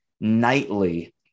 nightly